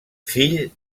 fill